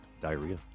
diarrhea